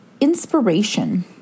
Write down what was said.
inspiration